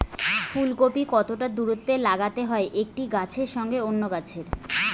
ফুলকপি কতটা দূরত্বে লাগাতে হয় একটি গাছের সঙ্গে অন্য গাছের?